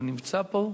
הוא נמצא פה?